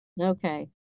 Okay